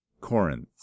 corinth